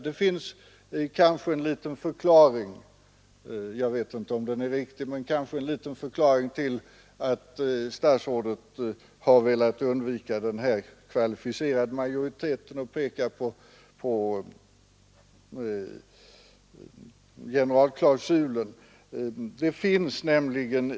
Det finns kanske en liten förklaring — jag vet inte om den är riktig — till att statsrådet har velat undvika den kvalificerade majoriteten och pekar på generalklausulen.